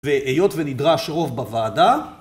והיות ונדרש רוב בוועדה.